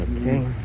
Okay